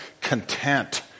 content